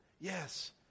Yes